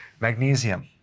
magnesium